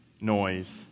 noise